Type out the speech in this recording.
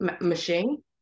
machine